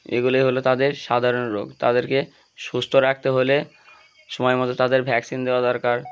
এগুলোই হলো তাদের সাধারণ রোগ তাদেরকে সুস্থ রাখতে হলে সময় মতো তাদের ভ্যাকসিন দেওয়া দরকার